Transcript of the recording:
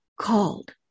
called